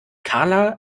karla